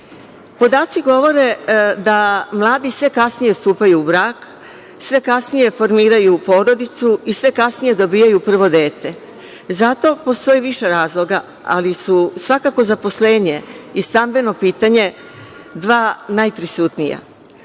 parovi. Podaci govore da mladi sve kasnije stupaju u brak, sve kasnije formiraju porodicu i sve kasnije dobijaju prvo dete, zato postoji više razloga, ali su svakako zaposlenje i stambeno pitanje dva najprisutnija.